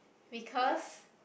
because